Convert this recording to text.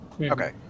Okay